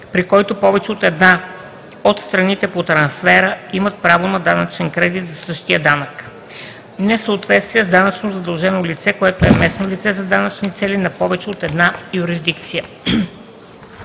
при който повече от една от страните по трансфера имат право на данъчен кредит за същия данък. Несъответствия с данъчно задължено лице, което е местно лице за данъчни цели на повече от една юрисдикция